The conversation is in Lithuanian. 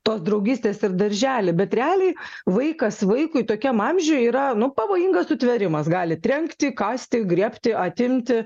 tos draugystės ir daržely bet realiai vaikas vaikui tokiam amžiui yra nu pavojingas sutvėrimas gali trenkti kąsti griebti atimti